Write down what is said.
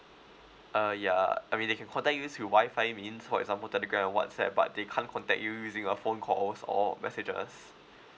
uh ya I mean they can contact you through wifi means for example Telegram or WhatsAppWhatsApp but they can't contact you using uh phone calls or messages